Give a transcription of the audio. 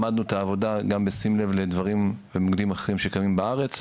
למדנו את העבודה גם בשים לב לדברים במוקדים אחרים שקיימים בארץ,